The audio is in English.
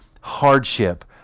hardship